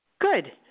Good